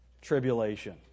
Tribulation